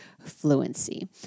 fluency